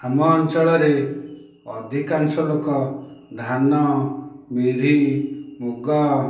ଆମ ଅଞ୍ଚଳରେ ଅଧିକାଂଶ ଲୋକ ଧାନ ବିରି ମୁଗ